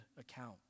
account